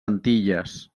antilles